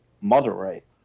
moderate